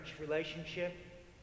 relationship